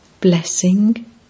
Blessing